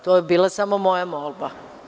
To je bila samo moja molba.